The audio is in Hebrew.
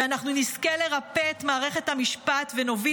ואנחנו נזכה לרפא את מערכת המשפט ונוביל